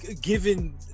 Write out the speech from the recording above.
given